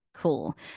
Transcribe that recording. cool